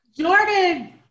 jordan